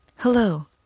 Hello